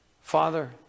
Father